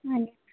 ଆଗି